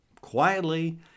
quietly